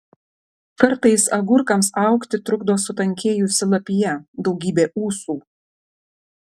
kartais agurkams augti trukdo sutankėjusi lapija daugybė ūsų